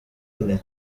ane